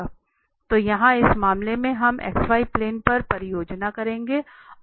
तो यहाँ इस मामले में हम xy प्लेन पर परियोजना करेंगे